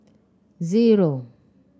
zero